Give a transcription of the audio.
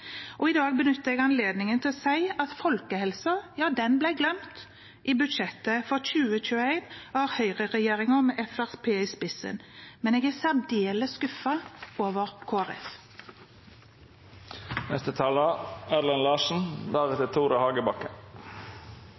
og i dag benytter jeg anledningen til å si at folkehelsen ble glemt i budsjettet for 2021 av høyreregjeringen med Fremskrittspartiet i spissen, men jeg er særdeles skuffet over